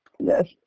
Yes